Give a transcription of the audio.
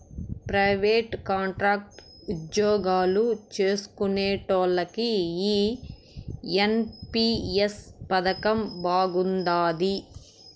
private, contract ఉజ్జోగాలు చేస్కునేటోల్లకి ఈ ఎన్.పి.ఎస్ పదకం బాగుండాది